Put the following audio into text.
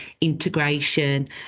integration